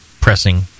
pressing